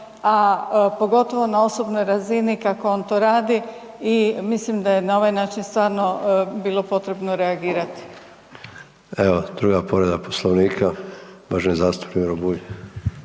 a pogotovo na osobnoj razini kako on to radi i mislim da je na ovaj način stvarno bilo potrebno reagirati. **Sanader, Ante (HDZ)** Evo, druga povreda Poslovnika. Uvaženi zastupnik Miro Bulj.